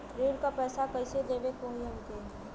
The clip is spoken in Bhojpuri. ऋण का पैसा कइसे देवे के होई हमके?